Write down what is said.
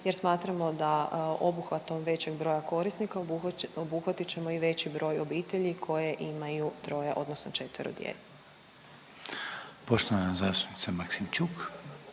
jer smatramo da obuhvatom većeg broja korisnika obuhvatit ćemo i veći broj obitelji koji imaju 3. odnosno 4. djece. **Reiner, Željko